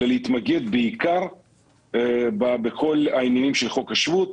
אלא להתמקד בעיקר בכל העניינים של חוק השבות,